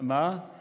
ואל